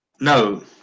No